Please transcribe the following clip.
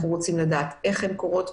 איך הן קורות,